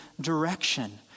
direction